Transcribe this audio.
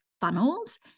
funnels